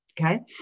Okay